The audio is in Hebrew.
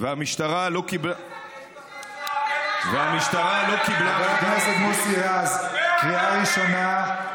עיסאווי פריג', קריאה ראשונה.